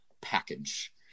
package